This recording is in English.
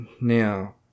now